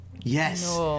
Yes